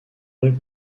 rue